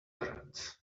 parents